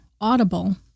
Audible